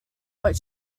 what